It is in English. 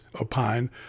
opine